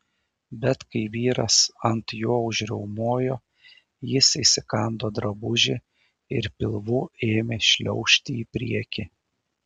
bet kai vyras ant jo užriaumojo jis įsikando drabužį ir pilvu ėmė šliaužti į priekį